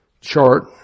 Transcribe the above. chart